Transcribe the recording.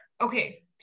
Okay